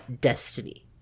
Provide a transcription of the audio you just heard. destiny